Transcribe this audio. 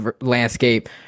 landscape